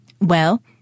Well